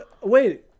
Wait